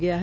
गया है